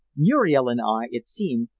muriel and i, it seems,